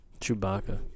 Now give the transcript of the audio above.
Chewbacca